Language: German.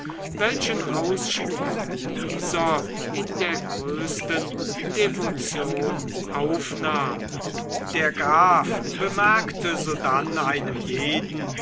welchen ausspruch dieser in der größten devotion aufnahm der graf bemerkte sodann einem jeden